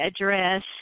address